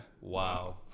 Wow